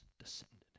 descended